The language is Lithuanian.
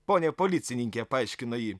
pone policininke paaiškino ji